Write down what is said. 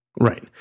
Right